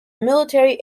military